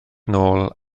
nôl